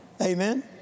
Amen